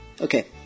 Okay